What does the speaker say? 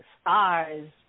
stars